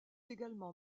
également